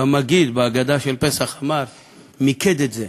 והמגיד בהגדה של פסח מיקד את זה: